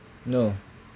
no